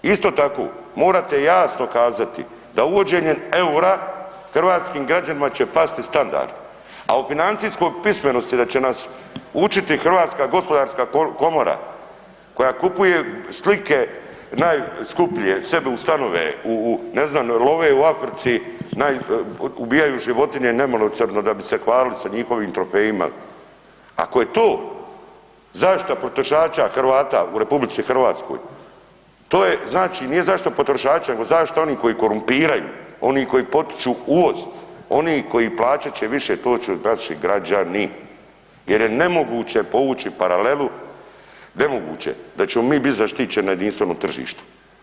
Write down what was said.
Isto tako, morate jasno kazati da uvođenjem EUR-a hrvatskim građanima će pasti standard, a o financijskoj pismenosti da će nas učiti HGK koje kupuje slike najskuplje sebi u stanove u, u ne znam, love u Africi, ubijaju životinje nemilosrdno da bi se hvalili sa njihovim trofejima, ako je to zaštita potrošača Hrvata u RH, to je znači nije zaštita potrošača nego zaštita onih koji korumpiraju, oni koji potiču uvoz, oni koji plaćat će više to su naši građani jer je nemoguće povući paralelu, nemoguće da ćemo mi biti zaštićeni na jedinstvenom tržištu.